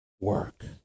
work